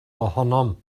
ohonom